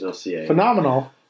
phenomenal